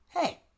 Hey